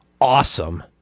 awesome